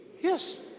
Yes